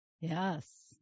yes